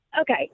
Okay